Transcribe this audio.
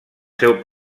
seu